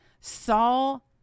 Saul